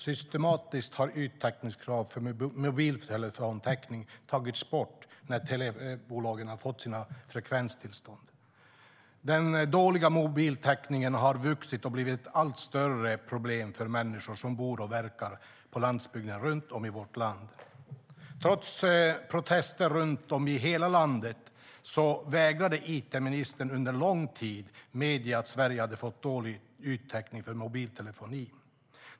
Systematiskt har yttäckningskrav för mobiltelefoni tagits bort när telebolagen har fått sina frekvenstillstånd. Den dåliga mobiltäckningen har vuxit och blivit ett allt större problem för människor som bor och verkar på landsbygden runt om i vårt land. Trots protester runt om i hela landet vägrade it-ministern under lång tid att medge att Sverige hade fått dålig yttäckning för mobiltelefoni.